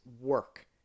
work